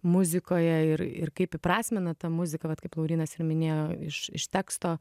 muzikoje ir ir kaip įprasmina tą muziką vat kaip laurynas ir minėjo iš iš teksto